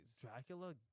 Dracula